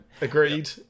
agreed